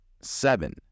seven